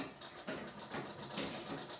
प्राण्यांसाठी चाऱ्याचे उत्पादन कुठे केले जाते?